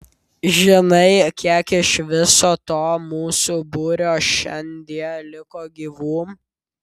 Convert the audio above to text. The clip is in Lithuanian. žinai kiek iš viso to mūsų būrio šiandie liko gyvų